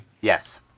Yes